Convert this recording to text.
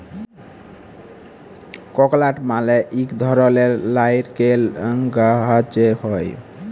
ককলাট মালে ইক ধরলের লাইরকেল গাহাচে হ্যয়